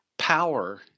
power